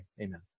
amen